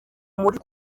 muri